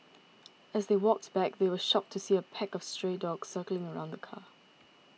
as they walked back they were shocked to see a pack of stray dogs circling around the car